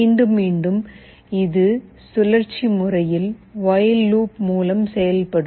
மீண்டும் மீண்டும் இது சுழற்சி முறையில் வொயில் லூப் மூலம் செயல்படும்